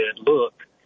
look